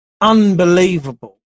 unbelievable